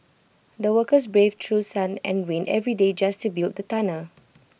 the workers braved through sun and rain every day just to build the tunnel